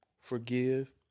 forgive